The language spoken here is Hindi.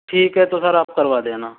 ठीक है तो सर आप करवा देना